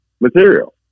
material